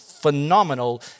phenomenal